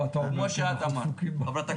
כמו שאת אמרת חברת הכנסת,